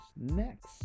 Next